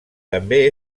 també